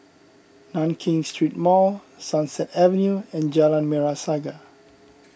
Nankin Street Mall Sunset Avenue and Jalan Merah Saga